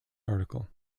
article